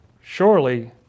surely